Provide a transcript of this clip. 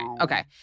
Okay